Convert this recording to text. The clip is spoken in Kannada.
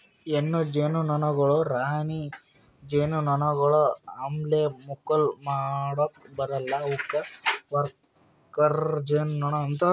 ಹೆಣ್ಣು ಜೇನುನೊಣಗೊಳ್ ರಾಣಿ ಜೇನುನೊಣಗೊಳ್ ಅಪ್ಲೆ ಮಕ್ಕುಲ್ ಮಾಡುಕ್ ಬರಲ್ಲಾ ಅವುಕ್ ವರ್ಕರ್ ಜೇನುನೊಣ ಅಂತಾರ